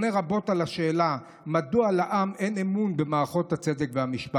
שכבר לומדים, והלאה.